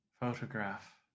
photograph